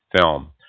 film